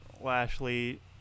Lashley